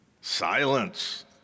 Silence